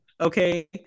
Okay